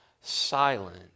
silent